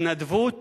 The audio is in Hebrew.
התנדבות